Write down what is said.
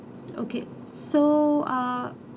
okay so ah